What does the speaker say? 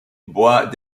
bois